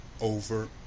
over